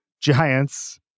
Giants